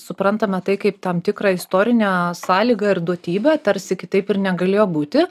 suprantame tai kaip tam tikrą istorinę sąlygą ir duotybę tarsi kitaip ir negalėjo būti